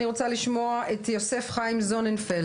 אני רוצה לשמוע את מר יוסף חיים זוננפלד.